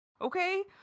okay